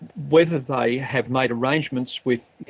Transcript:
whether they have made arrangements with, you